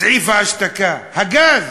בסעיף ההשתקה, הגז,